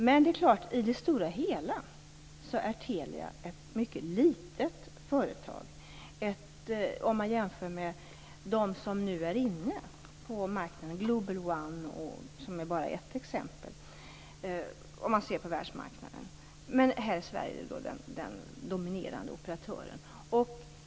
Men i det stora hela är Telia ett mycket litet företag om man jämför med dem som nu är inne på marknaden. Global One är bara ett exempel om man ser på världsmarknaden. Men här i Sverige är man alltså den dominerande operatören.